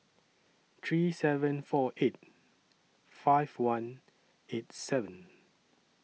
three seven four eight five one eight seven